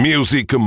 Music